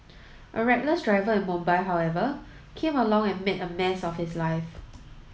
a reckless driver in Mumbai however came along and made a mess of his life